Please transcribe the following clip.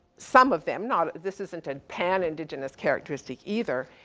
some of them, not, this isn't a pan-indigenous characteristic either,